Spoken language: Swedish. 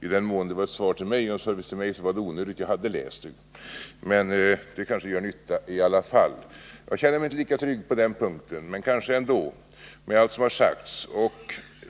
I den mån det var ett svar till mig var det onödigt — jag hade läst betänkandet. Det kanske gör nytta i alla fall. Jag känner mig inte lika trygg på den här punkten. Fast kanske ändå!